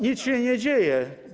Nic się nie dzieje.